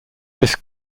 this